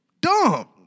dumb